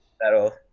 that'll